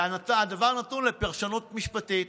והדבר נתון לפרשנות משפטית,